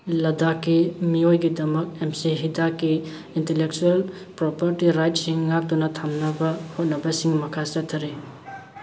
ꯂꯗꯥꯈꯀꯤ ꯃꯤꯑꯣꯏꯒꯤꯗꯃꯛ ꯑꯝꯆꯤ ꯍꯤꯗꯛꯀꯤ ꯏꯟꯇꯦꯂꯦꯛꯆꯨꯑꯦꯜ ꯄ꯭ꯔꯣꯄꯔꯇꯤ ꯔꯥꯏꯠ ꯁꯤꯡ ꯉꯥꯛꯇꯨꯅ ꯊꯝꯅꯕ ꯍꯣꯠꯅꯕꯁꯤꯡ ꯃꯈꯥ ꯆꯠꯊꯔꯤ